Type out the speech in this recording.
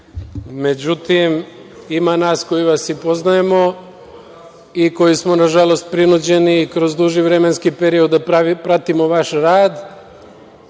Srbiju.Međutim, ima nas koji vas i poznajemo i koji smo na žalost prinuđeni kroz duži vremenski period da pratimo vaš rad,